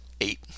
eight